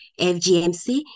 FGMC